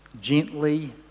Gently